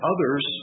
Others